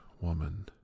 woman